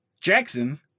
Jackson